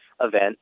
event